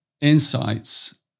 insights